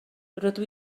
rydw